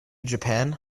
japan